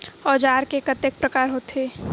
औजार के कतेक प्रकार होथे?